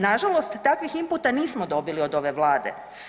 Na žalost takvih imputa nismo dobili od ove Vlade.